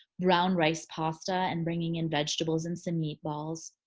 brown rice, pasta and bringing in vegetables and some meatballs.